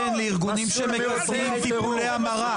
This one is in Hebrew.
אולי תיתן לארגונים שמקדמים טיפולי המרה.